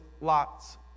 Lot's